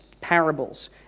parables